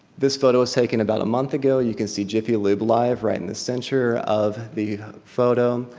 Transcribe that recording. this photo was taken about a month ago. you can see jiffy lube live right in the center of the photo.